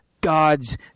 God's